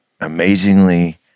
amazingly